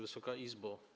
Wysoka Izbo!